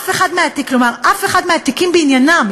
אף אחד מהתיקים בעניינם,